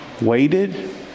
waited